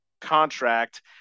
contract